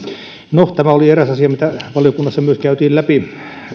no tämä oli eräs asia mitä valiokunnassa myös käytiin läpi